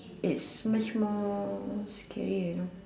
it's much more scary you know